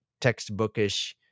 textbookish